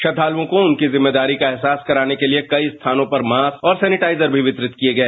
श्रद्धालुओं को उनकी जिम्मेदारी का एहसास कराने के लिए कई स्थानों पर मास्क और सैनिटाइजर भी वितरित किए गए